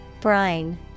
Brine